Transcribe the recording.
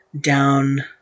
down